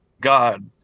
god